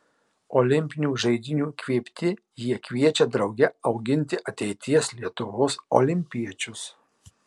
olimpinių žaidynių įkvėpti jie kviečia drauge auginti ateities lietuvos olimpiečius